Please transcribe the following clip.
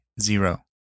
zero